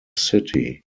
city